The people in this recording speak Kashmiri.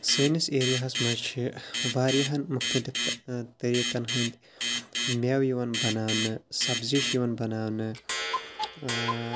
سٲنِس ایریاہَس منٛز چھِ واریاہَن مختلف طریٖقَن ہٕنٛدۍ مٮ۪وٕ یِوان بَناونہٕ سبزی چھِ یِوان بَناونہٕ